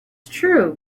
true